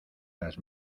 las